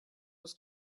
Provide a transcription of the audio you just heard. was